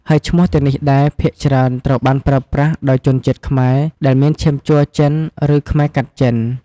ហើយឈ្មោះទាំងនេះដែរ ភាគច្រើនត្រូវបានប្រើប្រាស់ដោយជនជាតិខ្មែរដែលមានឈាមជ័រចិន ឬខ្មែរកាត់ចិន។